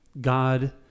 God